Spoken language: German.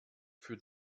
für